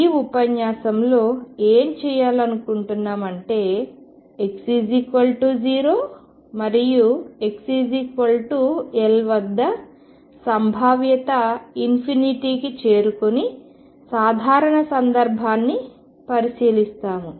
ఈ ఉపన్యాసంలో ఏమి చేయాలనుకుంటున్నాము అంటే x0 మరియు xL వద్ద సంభావ్యత కి చేరుకోని సాధారణ సందర్భాన్ని పరిశీలిస్తాము